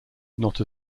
not